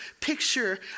picture